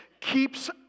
keeps